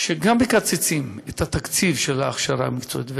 שמקצצים את התקציב של ההכשרה המקצועית,